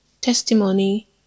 testimony